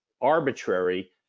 arbitrary